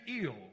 ill